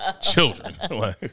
Children